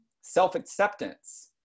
self-acceptance